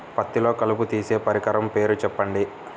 పత్తిలో కలుపు తీసే పరికరము పేరు చెప్పండి